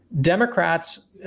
Democrats